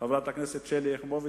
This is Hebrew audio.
חברת הכנסת יחימוביץ,